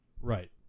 Right